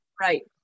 Right